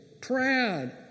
proud